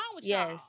yes